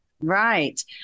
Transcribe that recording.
right